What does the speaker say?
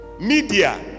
Media